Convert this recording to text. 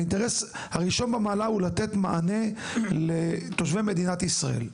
האינטרס הראשון במעלה הוא לתת מענה לתושבי מדינת ישראל.